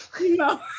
no